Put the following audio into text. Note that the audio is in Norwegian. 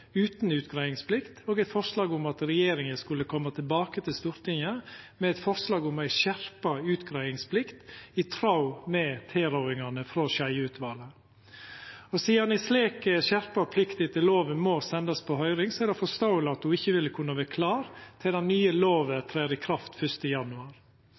utan utgreiingsplikt og eit forslag om at regjeringa skulle koma tilbake til Stortinget med eit forslag om ei skjerpa utgreiingsplikt, i tråd med tilrådingane frå Skjeie-utvalet. Sidan ei slik skjerpa plikt etter lova må sendast på høyring, er det forståeleg at ho ikkje ville kunne vera klar til den nye lova trer i kraft 1. januar.